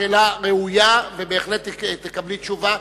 שאלה ראויה ובהחלט תקבלי תשובה,